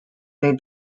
they